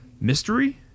mystery